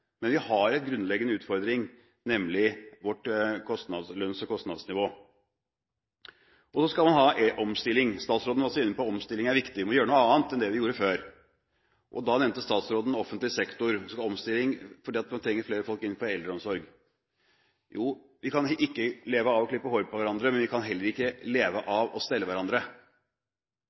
Men vi har en grunnleggende utfordring, nemlig vårt lønns- og kostnadsnivå. Så skal man ha omstilling. Statsråden var også inne på at omstilling er viktig, vi må gjøre noe annet enn det vi gjorde før. Da nevnte statsråden offentlig sektor. Vi skal ha omstilling fordi man trenger folk innenfor eldreomsorgen. Nei, vi kan ikke leve av å klippe håret på hverandre, men vi kan heller ikke leve av å stelle hverandre.